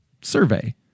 survey